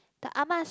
the ah ma's